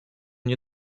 nie